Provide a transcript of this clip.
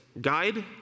guide